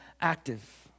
active